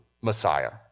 Messiah